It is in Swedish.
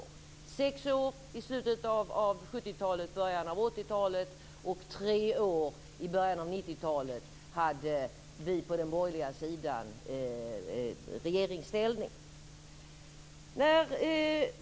Under 6 år i slutet av 70-talet och början av 80-talet och under 3 år i början av 90-talet hade vi på den borgerliga sidan regeringsmakten.